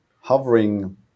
hovering